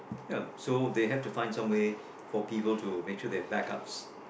ya so they have to find some way for people to make sure they have back ups